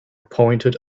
pointed